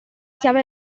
chiave